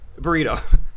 Burrito